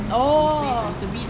oh